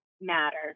matter